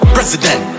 President